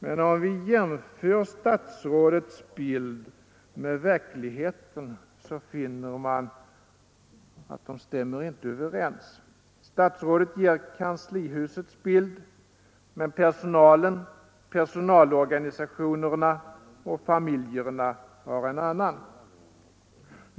Men om vi jämför statsrådets bild med verkligheten finner vi att de inte stämmer överens. Statsrådet ger kanslihusets bild, men personalen, personalorganisationerna och familjerna har en annan.